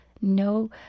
no